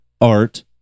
art